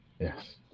Yes